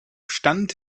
stand